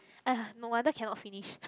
!aiya! no wonder cannot finish